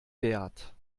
wert